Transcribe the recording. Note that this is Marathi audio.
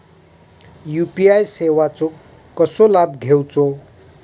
यू.पी.आय सेवाचो कसो लाभ घेवचो?